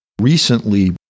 Recently